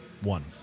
One